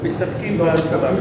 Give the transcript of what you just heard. מסתפקים בדברי השר.